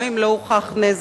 גם אם לא הוכח נזק,